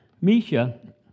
Misha